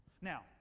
Now